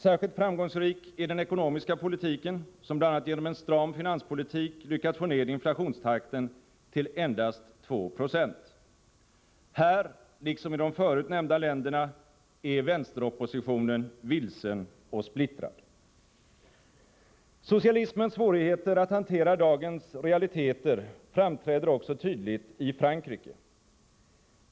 Särskilt framgångsrik är den ekonomiska politiken, som bl.a. genom en stram finanspolitik lyckats få ned inflationstakten till endast 2 20. Här, liksom i de förut nämnda länderna, är vänsteroppositionen vilsen och splittrad. Socialismens svårigheter att hantera dagens realiteter framträder också tydligt i Frankrike.